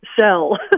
sell